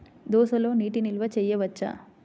దోసలో నీటి నిల్వ చేయవచ్చా?